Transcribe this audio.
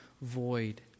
void